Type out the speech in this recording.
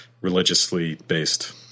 religiously-based